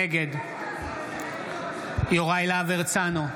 נגד יוראי להב הרצנו,